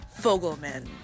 Fogelman